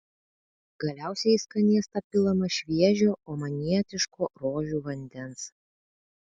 galiausiai į skanėstą pilama šviežio omanietiško rožių vandens